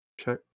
check